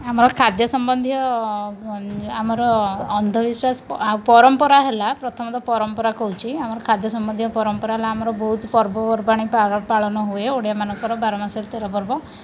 ଆମର ଖାଦ୍ୟ ସମ୍ବନ୍ଧୀୟ ଆମର ଅନ୍ଧବିଶ୍ୱାସ ଆଉ ପରମ୍ପରା ହେଲା ପ୍ରଥମତଃ ପରମ୍ପରା କହୁଛି ଆମର ଖାଦ୍ୟ ସମ୍ବନ୍ଧୀୟ ପରମ୍ପରା ହେଲା ଆମର ବହୁତ ପର୍ବପର୍ବାଣି ପାଳନ ହୁଏ ଓଡ଼ିଆମାନଙ୍କର ବାର ମାସରେ ତେର ପର୍ବ